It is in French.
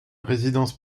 résidence